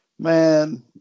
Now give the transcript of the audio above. Man